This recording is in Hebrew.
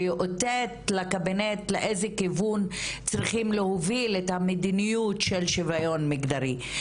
שיאותת לקבינט לאיזה כיוון צרכים להוביל את המדיניות של שוויון מגדרי.